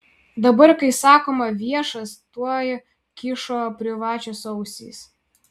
dabar kai sakoma viešas tuoj kyšo privačios ausys